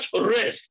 rest